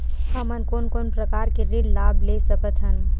हमन कोन कोन प्रकार के ऋण लाभ ले सकत हन?